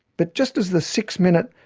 but just as the six minute,